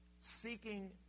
seeking